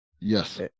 Yes